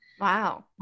Wow